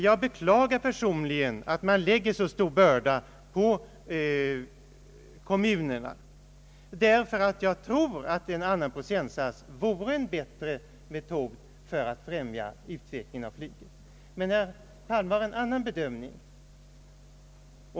Jag beklagar person ligen att man lägger så stor börda på kommunerna. Jag tror att en annan procentsats vore bättre för att främja utvecklingen av flyget, men herr Palme har en annan bedömning.